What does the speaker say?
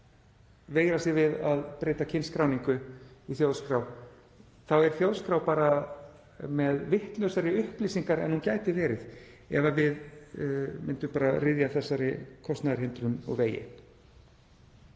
veigri sér við að breyta kynskráningu í þjóðskrá þá er þjóðskrá bara með vitlausari upplýsingar en hún gæti verið ef við myndum bara ryðja þessari kostnaðarhindrun úr vegi.